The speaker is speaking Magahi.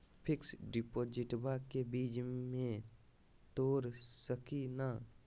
फिक्स डिपोजिटबा के बीच में तोड़ सकी ना?